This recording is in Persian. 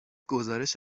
گزارش